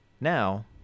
Now